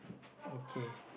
okay